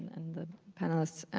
and the panelists.